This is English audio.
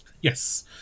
Yes